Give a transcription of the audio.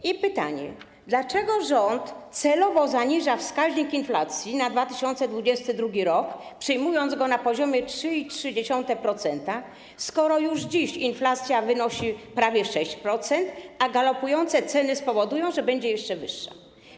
I pytanie: Dlaczego rząd celowo zaniża wskaźnik inflacji na 2022 r., przyjmując go na poziomie 3,3%, skoro już dziś inflacja wynosi prawie 6%, a galopujące ceny spowodują, że będzie jeszcze wyższa?